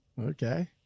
Okay